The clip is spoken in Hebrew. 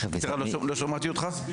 לא שמעתי אותך.